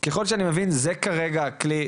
ככול שאני מבין זה כרגע הכלי,